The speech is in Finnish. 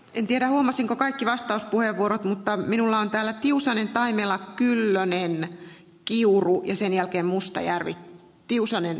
en tiedä huomasin kun kaikki ja mitä valiokunta on täällä tiusanen taimella kyllä ne lek kiuru ja hyväksynyt vastaa suomalaista käytäntöä